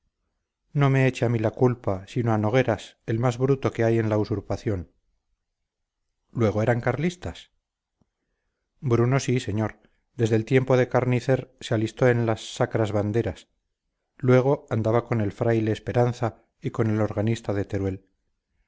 no me eche a mí la culpa sino al nogueras el más bruto que hay en la usurpación luego eran carlistas bruno sí señor desde el tiempo de carnicer se alistó en las sacras banderas luego andaba con el fraile esperanzay con el organista de teruel